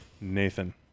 Nathan